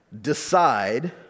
decide